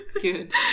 good